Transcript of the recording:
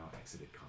exited